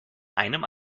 einem